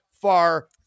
far